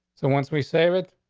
so once we save it,